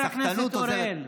הסחטנות עוזרת,